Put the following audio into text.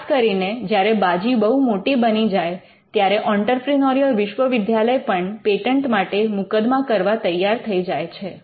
ખાસ કરીને જ્યારે બાજી બહુ મોટી બની જાય ત્યારે ઑંટરપ્રિનોરિયલ વિશ્વવિદ્યાલય પણ પેટન્ટ માટે મુકદમા કરવા તૈયાર થઈ જાય છે